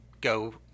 go